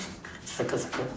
circle circle